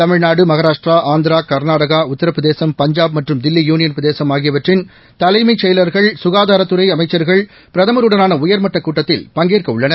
Tamil Nadu Maharashtra Karnataka உத்தரபிர தேசம் Punjab ம் ற்றும் தில்லி யதளிய ள் பிரதேசம் ஆகியவ ற்றின் தலைமைச் சுகாதாரத்துறை அமைச்சுர்கள் பிரதம்ருடனான உய ர் மட்டக் கூட்டத்தில் பங்கேற்கவ ள்ளனர்